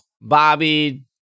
Bobby